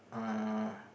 uh